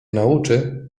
nauczy